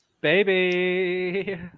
Baby